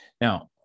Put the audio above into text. Now